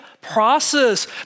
process